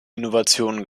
innovationen